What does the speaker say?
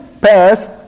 pass